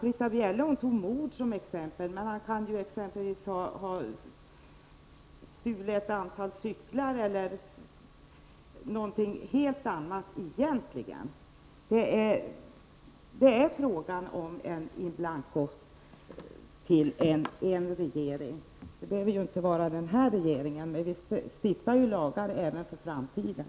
Britta Bjelle tog mord som exempel, men det kan vara fråga om stöld av cyklar eller något helt annat. Det handlar om att ge en regering in blanco-fullmakt. Det behöver inte vara den här regeringen — vi stiftar ju lagar även för framtiden.